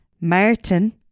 Martin